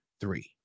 three